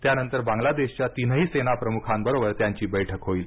त्यानंतर बांगलादेशच्या तीनही सेना प्रमुखांबरोबर त्यांची बैठक होईल